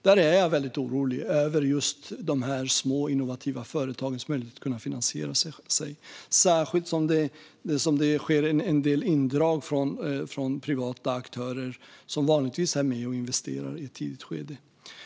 Men jag är väldigt orolig över de små och innovativa företagens möjligheter att finansiera sig, särskilt som det sker en del indrag från privata aktörer som vanligtvis är med och investerar i ett tidigt skede.